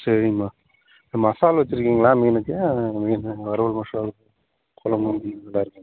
சரிங்கம்மா மசால் வச்சுருக்கீங்களா மீனுக்கு மீனு வருவல் மசால் குழம்பு மீன் இருக்குது